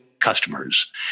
Customers